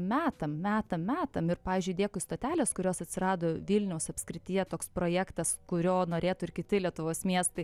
metam metam metam ir pavyzdžiui dėkui stotelės kurios atsirado vilniaus apskrityje toks projektas kurio norėtų ir kiti lietuvos miestai